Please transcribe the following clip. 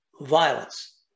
violence